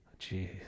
Jeez